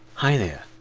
hi there,